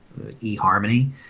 eHarmony